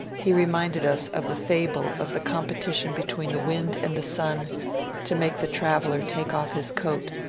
he reminded us of the fable of the competition be tween the wind and the sun to make the traveller take off his coat.